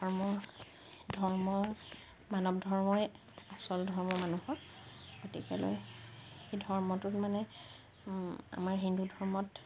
ধৰ্মৰ ধৰ্ম মানৱ ধৰ্মই আচল ধৰ্ম মানুহৰ গতিকে সেই ধৰ্মটোত মানে আমাৰ হিন্দু ধৰ্মত